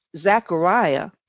Zechariah